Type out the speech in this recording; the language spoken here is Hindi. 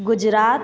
गुजरात